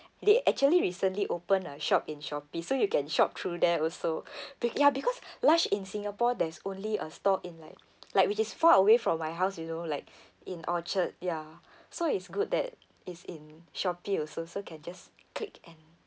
they actually recently open a shop in shopee so you can shop through there also be~ ya because Lush in singapore there's only a store in like like which is far away from my house you know like in orchard ya so it's good that is in shopee also so can just click and